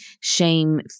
shame